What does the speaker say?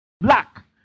Black